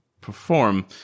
perform